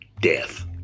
death